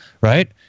right